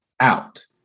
out